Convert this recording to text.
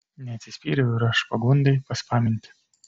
neatsispyriau ir aš pagundai paspaminti